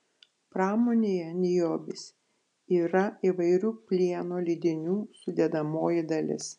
pramonėje niobis yra įvairių plieno lydinių sudedamoji dalis